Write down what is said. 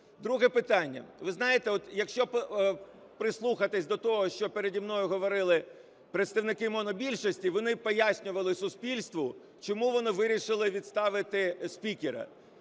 Друге питання. Ви знаєте, от якщо прислухатися до того, що переді мною говорили представники монобільшості, вони пояснювали суспільству, чому вони вирішили відставити спікера,